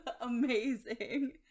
amazing